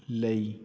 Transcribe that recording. ਲਈ